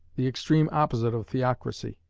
the extreme opposite of theocracy.